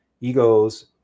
Egos